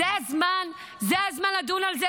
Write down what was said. זה הזמן לדון בזה,